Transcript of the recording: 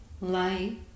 light